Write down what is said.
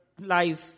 life